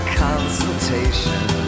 consultation